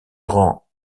rend